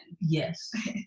Yes